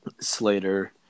Slater –